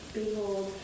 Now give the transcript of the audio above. behold